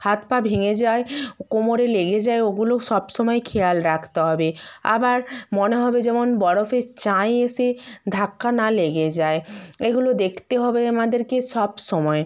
হাত পা ভেঙে যায় কোমরে লেগে যায় ওগুলো সবসময় খেয়াল রাখতে হবে আবার মনে হবে যেমন বরফের চাঁই এসে ধাক্কা না লেগে যায় এগুলো দেখতে হবে আমাদেরকে সবসময়